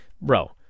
Bro